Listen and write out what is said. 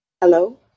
Hello